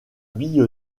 bille